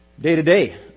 day-to-day